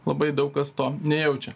labai daug kas to nejaučia